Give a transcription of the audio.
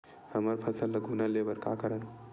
हमर फसल ल घुना ले बर का करन?